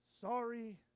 sorry